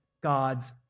God's